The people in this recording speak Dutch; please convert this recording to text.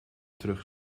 terug